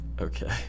Okay